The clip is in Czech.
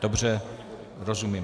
Dobře, rozumím.